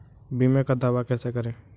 बीमे का दावा कैसे करें?